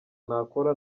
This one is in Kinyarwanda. nakora